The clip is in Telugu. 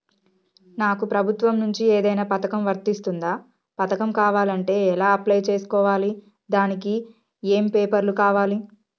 నాకు ప్రభుత్వం నుంచి ఏదైనా పథకం వర్తిస్తుందా? పథకం కావాలంటే ఎలా అప్లై చేసుకోవాలి? దానికి ఏమేం పేపర్లు కావాలి?